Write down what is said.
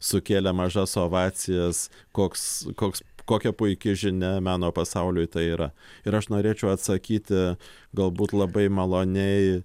sukėlė mažas ovacijas koks koks kokia puiki žinia meno pasauliui tai yra ir aš norėčiau atsakyti galbūt labai maloniai